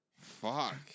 Fuck